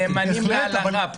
ונאמנים להלכה.